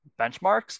benchmarks